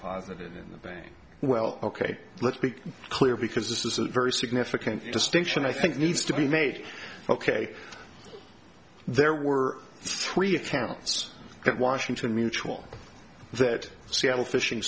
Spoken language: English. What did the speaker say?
positive in the bank well ok let's be clear because this is a very significant distinction i think needs to be made ok there were three attempts at washington mutual that seattle fishing